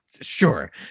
sure